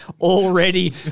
already